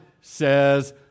says